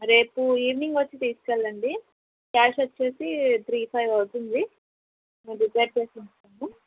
రేపు ఈవెనింగ్ వచ్చి తీసుకు వెళ్ళండి క్యాష్ వచ్చి త్రీ ఫైవ్ అవుతుంది మేము రిపేర్ చేసి ఉంచుతాము